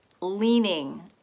leaning